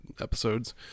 episodes